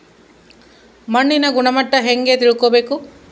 ಮಣ್ಣಿನ ಗುಣಮಟ್ಟ ಹೆಂಗೆ ತಿಳ್ಕೊಬೇಕು?